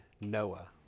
Noah